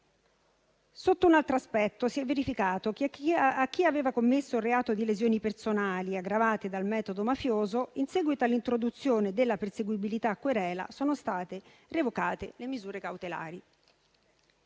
Sotto un altro aspetto, si è verificato che a chi aveva commesso un reato di lesioni personali aggravate dal metodo mafioso, in seguito all'introduzione della perseguibilità a querela, sono state revocate le misure cautelari.